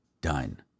done